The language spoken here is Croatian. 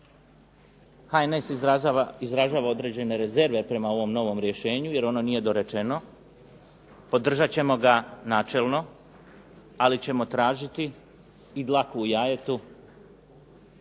HNS izražava određene rezerve prema ovom novom rješenju jer ono nije dorečeno, podržat ćemo ga načelno ali ćemo tražiti i dlaku u jajetu